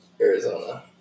Arizona